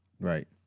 Right